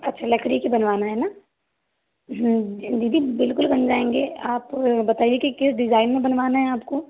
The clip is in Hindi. अच्छा लकड़ी की बनवाना है न दीदी बिल्कुल बन जाएंगे आप बताइए कि किस डिज़ाइन में बनवाना है आपको